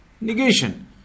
negation